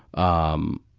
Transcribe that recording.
um,